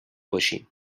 باشیم